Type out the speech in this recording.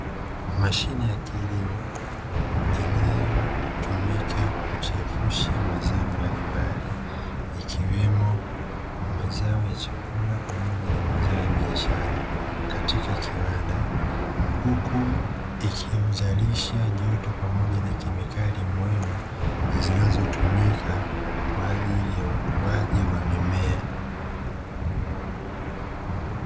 Mashine ya kilimo inayotumika kuchevusha mazao mbalimbali ikiwemo mazao ya chakula pamoja na mazao ya biashara katika kiwanda, huku ikizalisha joto pamoja na kemikali muhimu zinazotumika kwa ajili ya ukuaji wa mimea.